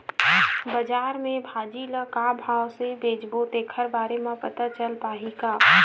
बजार में भाजी ल का भाव से बेचबो तेखर बारे में पता चल पाही का?